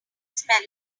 smell